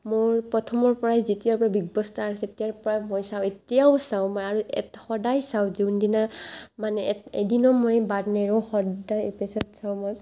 মোৰ প্ৰথমৰ পৰাই যেতিয়াৰ পৰাই বিগ বছ ষ্টাৰ্ট হৈছিল তেতিয়াৰ পৰাই চাওঁ এতিয়াও চাওঁ মই আৰু এটা সদায় চাওঁ যোনদিনা মানে এদিনো মই বাদ নেৰোঁ সদায় এপিচদ চাওঁ মই